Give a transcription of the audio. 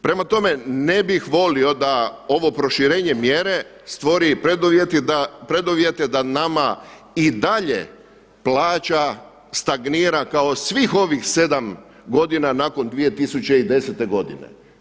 Prema tome, ne bih volio da ovo proširenje mjere stvori preduvjete da nama i dalje plaća stagnira kao svih ovih sedam godina nakon 2010. godine.